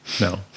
No